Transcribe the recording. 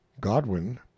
Godwin